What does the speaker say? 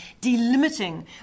delimiting